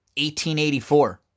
1884